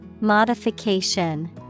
Modification